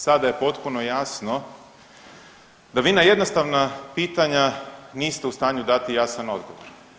Sada je potpuno jasno da vi na jednostavna pitanja niste u stanju dati jasan odgovor.